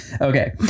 okay